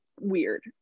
weird